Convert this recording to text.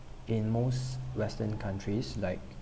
in most western countries like